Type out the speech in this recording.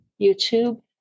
youtube